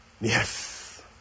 yes